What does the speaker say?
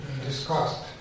Discussed